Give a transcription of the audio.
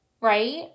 right